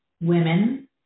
women